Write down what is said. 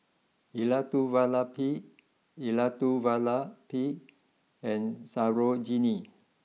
Elattuvalapil Elattuvalapil and Sarojini